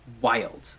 wild